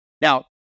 Now